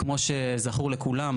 כמו שזכור לכולם,